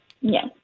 Yes